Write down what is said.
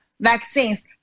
vaccines